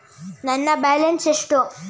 ನನ್ನ ಬ್ಯಾಲೆನ್ಸ್ ಎಷ್ಟು?